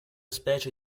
specie